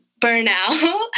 burnout